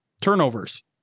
turnovers